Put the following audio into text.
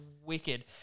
wicked